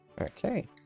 Okay